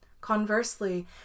Conversely